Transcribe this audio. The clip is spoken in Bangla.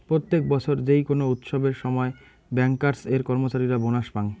প্রত্যেক বছর যেই কোনো উৎসবের সময় ব্যাংকার্স এর কর্মচারীরা বোনাস পাঙ